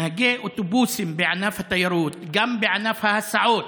נהגי אוטובוסים בענף התיירות, גם בענף ההסעות,